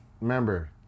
remember